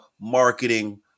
marketing